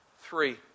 Three